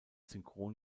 synchron